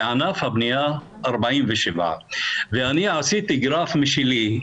בענף הבנייה 47. אני עשיתי גרף משלי,